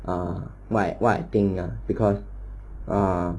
ah what I what I think ah because ah